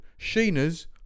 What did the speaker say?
Sheena's